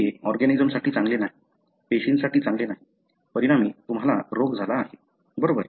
हे ऑर्गॅनिजम साठी चांगले नाही पेशीसाठी चांगले नाही परिणामी तुम्हाला रोग झाला आहे बरोबर